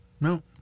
No